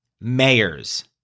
Mayors